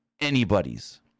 anybody's